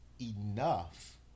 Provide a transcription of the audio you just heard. enough